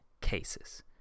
cases